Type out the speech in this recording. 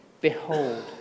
Behold